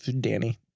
Danny